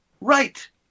Right